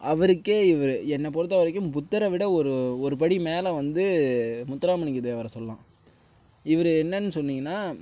அவருக்கு இவர் என்ன பொருத்தவரைக்கும் புத்தரை விட ஒரு ஒரு படி மேலே வந்து முத்துராமலிங்க தேவரை சொல்லலாம் இவர் என்னன்னு சொன்னீங்கன்னா